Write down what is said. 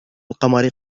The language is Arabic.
القمر